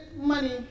money